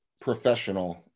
professional